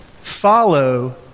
follow